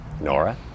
Nora